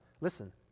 Listen